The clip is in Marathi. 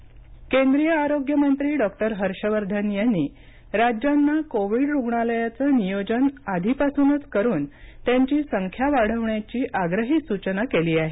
बैठक केंद्रीय आरोग्य मंत्री डॉक्टर हर्ष वर्धन यांनी राज्यांना कोविड रुग्णालयांचं नियोजन आधीपासूनच करून त्यांची संख्या वाढविण्याची आग्रही सूचना केली आहे